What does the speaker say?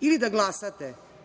ili da glasate,